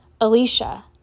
Alicia